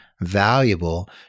valuable